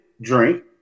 drink